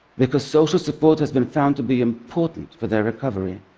because social support has been found to be important for their recovery.